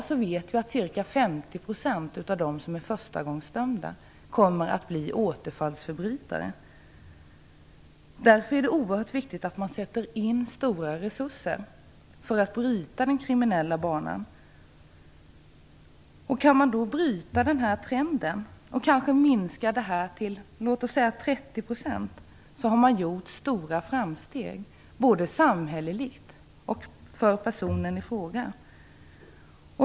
Vi vet att ca 50 % av dem som i dag är förstagångsdömda kommer att bli återfallsförbrytare. Därför är det oerhört viktigt att man sätter in stora resurser för att bryta den kriminella banan. Om man kan bryta trenden och kanske få en minskning till 30 %, har man gjort stora framsteg både samhälleligt och för personen i fråga.